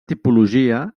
tipologia